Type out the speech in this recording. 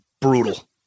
Brutal